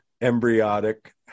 embryotic